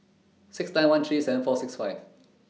six nine one three seven four six five